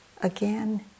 again